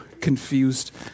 confused